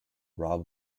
robb